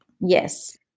Yes